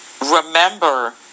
remember